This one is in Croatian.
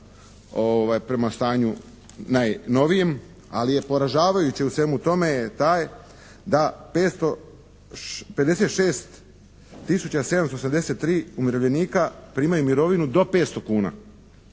prema stanju najnovijem. Ali je poražavajuće u svemu tome je taj da 556 tisuća 773 umirovljenika primaju mirovinu do 500 kuna.